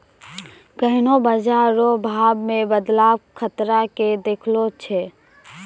कोन्हों बाजार रो भाव मे बदलाव खतरा के देखबै छै